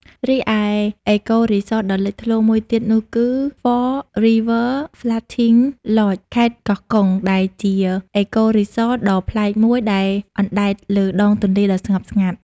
រីឯអេកូរីសតដ៏លេចធ្លោមួយទៀតនោះគឺ ហ្វ័រ រី វើ ហ្លូត ធីង ឡចដ៍ 4 Rivers Floating Lodge ខេត្តកោះកុង ដែលជា អេកូរីសត ដ៏ប្លែកមួយដែលអណ្តែតលើដងទន្លេដ៏ស្ងប់ស្ងាត់។